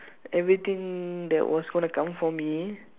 everything that was gonna come for me